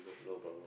no no problem